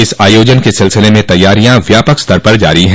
इस आयोजन के सिलसिले में तैयारियां व्यापक स्तर पर जारी हैं